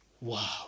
wow